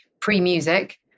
pre-music